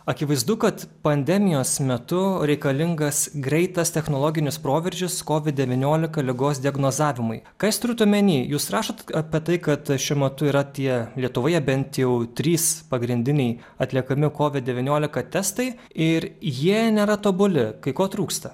akivaizdu kad pandemijos metu reikalingas greitas technologinis proveržis kovid devyniolika ligos diagnozavimui ką jūs turit omeny jūs rašote apie tai kad šiuo metu yra tie lietuvoje bent jau trys pagrindiniai atliekami kovid devyniolika testai ir jie nėra tobuli kai ko trūksta